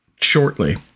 shortly